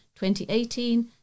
2018